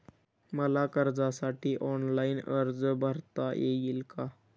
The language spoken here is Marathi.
मला कर्जासाठी ऑनलाइन अर्ज भरता येईल का?